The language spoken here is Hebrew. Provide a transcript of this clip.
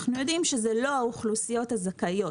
אנחנו יודעים שאלה לא האוכלוסיות הזכאיות.